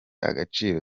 agaciro